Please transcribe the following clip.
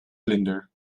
vlinder